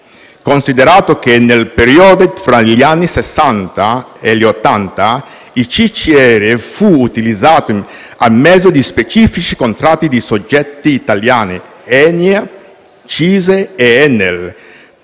Considerato che nel periodo fra gli anni Sessanta e gli Ottanta il CCR fu utilizzato a mezzo di specifici contratti da soggetti italiani (ENEA, CISE, Enel)